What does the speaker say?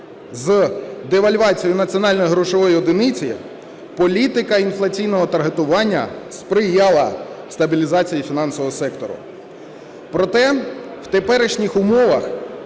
з девальвацією національної грошової одиниці, політика інфляційного таргетування сприяла стабілізації фінансового сектору. Проте в теперішніх умовах